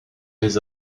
les